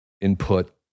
input